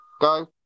go